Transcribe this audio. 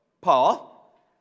Paul